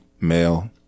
male